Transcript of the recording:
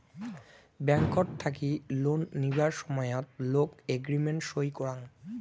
ব্যাংকট থাকি লোন নিবার সময়ত লোক এগ্রিমেন্ট সই করাং